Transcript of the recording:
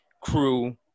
crew